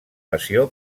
passió